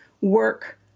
work